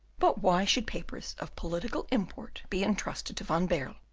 but why should papers of political import be intrusted to van baerle,